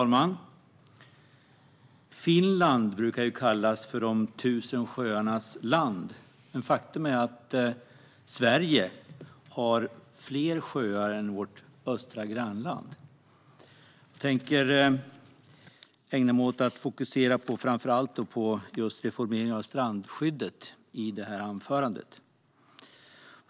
Herr talman! I mitt anförande tänker jag fokusera framför allt på reformeringen av strandskyddet. Finland brukar ju kallas för de tusen sjöarnas land, men faktum är att Sverige har fler sjöar än vårt östra grannland.